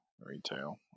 Retail